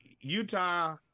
Utah